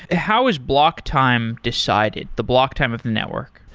how is block time decided, the block time of the network?